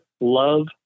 love